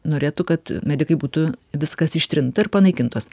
norėtų kad medikai būtų viskas ištrinta ir panaikintos